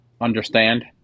understand